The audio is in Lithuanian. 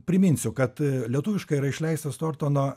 priminsiu kad lietuviškai yra išleistas tortono